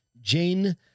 Jane